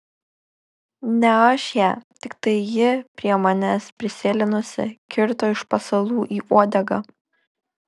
ne aš ją tiktai ji prie manęs prisėlinusi kirto iš pasalų į uodegą